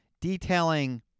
detailing